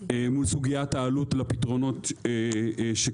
מול סוגיית העלות לפתרונות שקיימים.